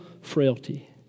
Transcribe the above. frailty